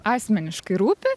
asmeniškai rūpi